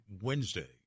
Wednesday